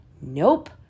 Nope